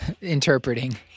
interpreting